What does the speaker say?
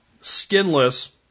skinless